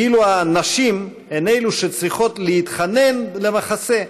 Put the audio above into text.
כאילו הנשים הן שצריכות להתחנן למחסה,